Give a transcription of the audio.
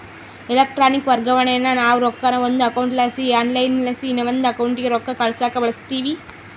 electronic ವರ್ಗಾವಣೇನಾ ನಾವು ರೊಕ್ಕಾನ ಒಂದು ಅಕೌಂಟ್ಲಾಸಿ ಆನ್ಲೈನ್ಲಾಸಿ ಇನವಂದ್ ಅಕೌಂಟಿಗೆ ರೊಕ್ಕ ಕಳ್ಸಾಕ ಬಳುಸ್ತೀವಿ